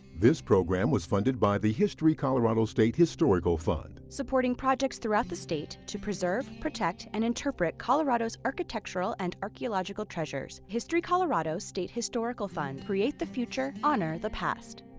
this program was funded by the history colorado state historical fund. supporting projects throughout the state to preserve, protect, and interpret colorado's architectural and archaeological treasures. history colorado state historical fund create the future, honor the past.